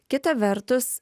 kita vertus